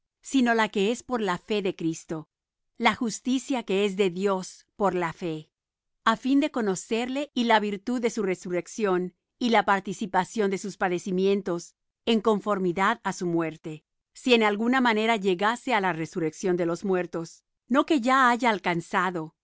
sino la que es por la fe de cristo la justicia que es de dios por la fe a fin de conocerle y la virtud de su resurrección y la participación de sus padecimientos en conformidad á su muerte si en alguna manera llegase á la resurrección de los muertos no que ya haya alcanzado